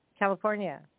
California